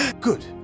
Good